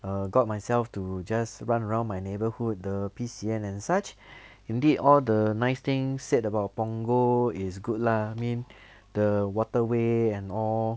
err got myself to just run around my neighborhood the P_C_N and such indeed all the nice thing said about punggol is good lah I mean all the waterway and all